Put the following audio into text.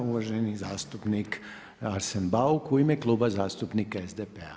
Uvaženi zastupnik Arsen Bauk u ime Kluba zastupnika SDP-a.